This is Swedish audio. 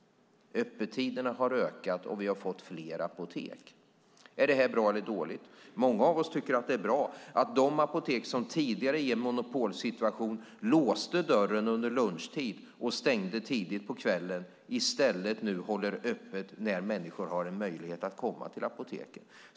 Öppettiderna har ökat, och vi har fått fler apotek. Är det bra eller dåligt? Många av oss tycker att det är bra att de apotek som tidigare i en monopolsituation låste dörren under lunchtid och stängde tidigt på kvällen nu i stället håller öppet när människor har en möjlighet att komma till apotek.